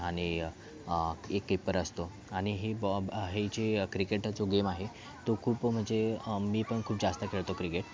आणि एक कीपर असतो आणि हे ब हे जे क्रिकेटचा जो गेम आहे तो खूप म्हणजे मी पण खूप जास्त खेळतो क्रिकेट